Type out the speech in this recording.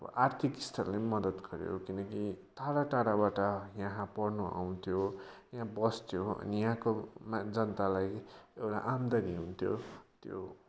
अब आर्थिक स्तरले नि मद्दत गऱ्यो किनकि टाढा टाढाबाट यहाँ पढ्न आउँथ्यो यहाँ बस्थ्यो अनि यहाँको जनतालाई एउटा आमदनी हुन्थ्यो त्यो